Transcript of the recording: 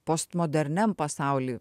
postmoderniam pasauly